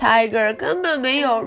Tiger根本没有